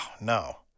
no